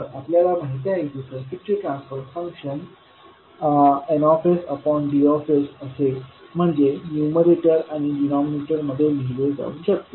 तर आपल्याला माहिती आहे की सर्किटचे ट्रान्सफर फंक्शन NDअसे म्हणजे न्यूमरेटर आणि डिनॉमिनेटर मध्ये असे लिहिले जाऊ शकते